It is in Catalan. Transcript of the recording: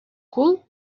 cul